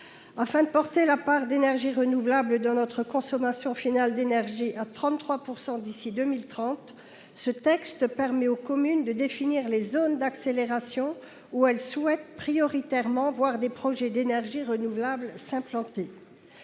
Afin de porter la part d’énergies renouvelables dans notre consommation finale d’énergie à 33 % d’ici à 2030, ce texte permet aux communes de définir les zones d’accélération dans lesquelles elles souhaitent prioritairement voir s’implanter des projets d’énergies renouvelables. À la